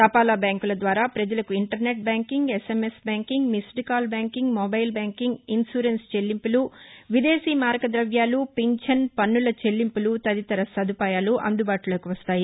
తపాలా బ్యాంకుల ద్వారా పజలకు internet banking SMS banking missed call banking mobile banking insurance చెల్లింపులు విదేశీ మారకుదవ్యాలు పింఛను పన్నుల చెల్లింపులు తదితర సదుపాయాలు అందుబాటులోకి వస్తాయి